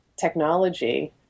technology